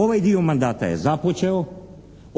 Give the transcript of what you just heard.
Ovaj dio mandata je započeo,